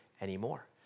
anymore